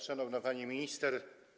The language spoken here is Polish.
Szanowna Pani Minister!